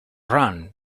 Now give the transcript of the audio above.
run